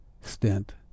stint